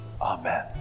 Amen